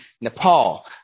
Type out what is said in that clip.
Nepal